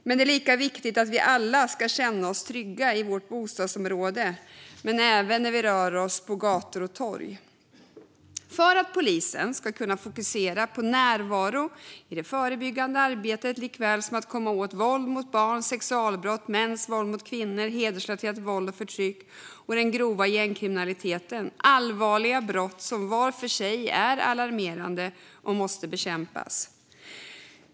Men det är lika viktigt att vi alla kan känna oss trygga i vårt bostadsområde och även när vi rör oss på gator och torg. Polisen ska kunna fokusera på närvaro i det förebyggande arbetet liksom på att komma åt våld mot barn, sexualbrott, mäns våld mot kvinnor, hedersrelaterat våld och förtryck och den grova gängkriminaliteten. Det är allvarliga brott som var för sig är alarmerande och måste bekämpas.